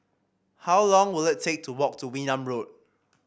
how long will it take to walk to Wee Nam Road